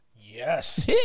yes